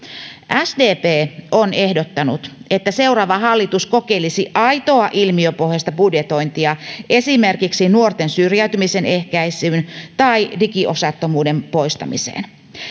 sdp on ehdottanut että seuraava hallitus kokeilisi aitoa ilmiöpohjaista budjetointia esimerkiksi nuorten syrjäytymisen ehkäisyyn tai digiosattomuuden poistamiseen